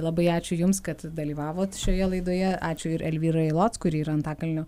labai ačiū jums kad dalyvavot šioje laidoje ačiū ir elvyrai lotc kuri yra antakalnio